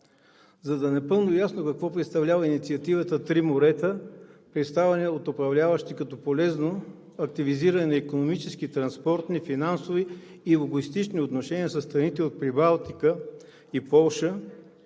За да е напълно ясно какво представлява инициативата „Три морета“, представена от управляващите като полезно активизиране на икономически, транспортни, финансови и логистични отношения със страните от Прибалтика и Полша,